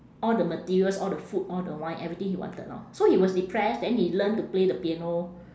all the materials all the food all the wine everything he wanted orh so he was depressed then he learn to play the piano